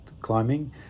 climbing